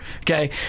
Okay